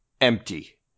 empty